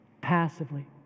passively